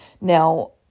Now